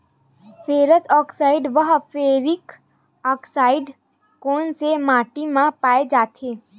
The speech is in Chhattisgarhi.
फेरस आकसाईड व फेरिक आकसाईड कोन सा माटी म पाय जाथे?